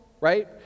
right